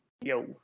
yo